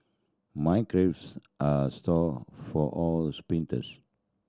my calves are sore for all sprints